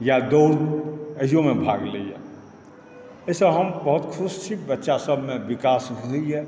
या दौड़ एहियोमे भाग लए एहिसँ हम बहुत खुश छी बच्चासभमे विकास भेलैए